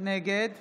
נגד